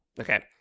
okay